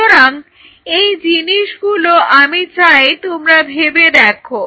সুতরাং এই জিনিসগুলো আমি চাই তোমরা ভেবে দেখো